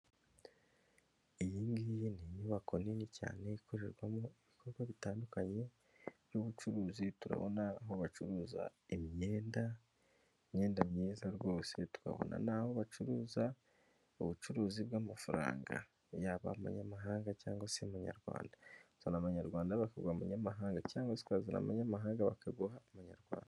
Iyi ngiyi ni inyubako nini cyane ikorerwamo ibikorwa bitandukanye by'ubucuruzi, turabona aho bacuruza imyenda, imyenda myiza rwose. Tukabona n'aho bacuruza ubucuruzi bw'amafaranga, yaba amanyamahanga cyangwa se amanyarwanda. Uzana amanyarwanda bakaguha amanyamahanga cyangwa se ukazana amanyamahanga bakaguha amanyarwanda.